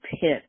pit